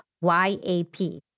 Y-A-P